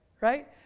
right